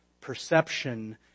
Perception